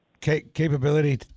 capability